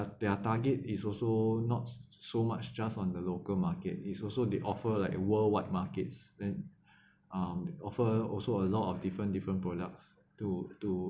their target is also not so much just on the local market is also they offer like uh worldwide markets then um offer also a lot of different different products to to